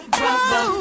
brother